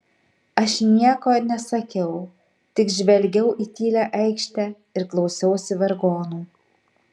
aš nieko nesakiau tik žvelgiau į tylią aikštę ir klausiausi vargonų